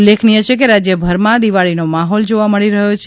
ઉલ્લેખનીય છે કે રાજ્યભરમાં દિવાળીનો માહોલ જોવા મળી રહ્યો છે